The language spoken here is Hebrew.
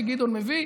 שגדעון מביא.